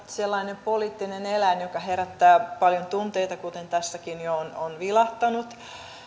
sellainen poliittinen eläin joka herättää paljon tunteita kuten tässäkin jo on on vilahtanut